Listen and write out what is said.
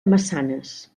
massanes